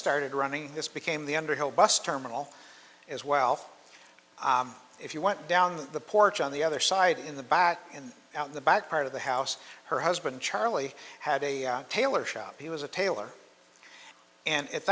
started running this became the under whole bus terminal as well if you went down the porch on the other side in the back and out the back part of the house her husband charlie had a tailor shop he was a tailor and at